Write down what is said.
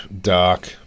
dark